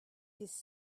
his